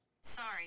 Sorry